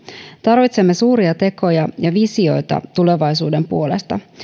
tarvitsemme suuria tekoja ja visioita tulevaisuuden puolesta